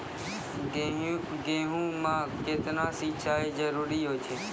गेहूँ म केतना सिंचाई जरूरी होय छै?